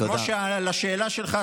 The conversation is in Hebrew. לשאלה שלך,